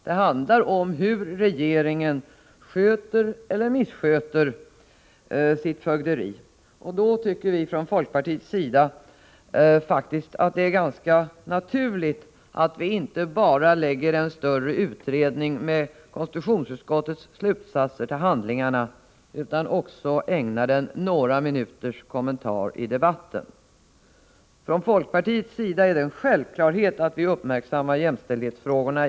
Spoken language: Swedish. Det handlar också om hur regeringen sköter eller missköter sitt fögderi, och då tycker vi från folkpartiets sida att det är ganska naturligt att man inte bara lägger en större utredning med konstitutionsutskottets slutsatser till handlingarna utan också ägnar den några minuters kommentar i debatten. För folkpartiet är det en självklarhet att i alla sammanhang uppmärksamma jämställdhetsfrågorna.